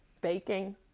baking